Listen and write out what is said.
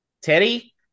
teddy